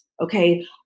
okay